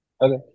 okay